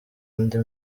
ndi